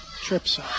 Trips